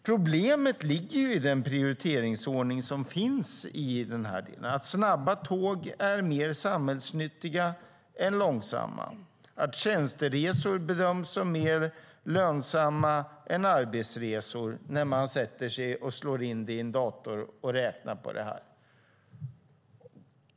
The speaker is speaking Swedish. Problemet ligger i den prioriteringsordning som finns. Snabba tåg bedöms som mer samhällsnyttiga än långsamma och tjänsteresor som lönsammare än arbetsresor när man sätter sig och slår in det i en dator och räknar på det.